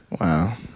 Wow